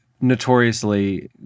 notoriously